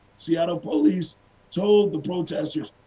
seattle police told the protesters,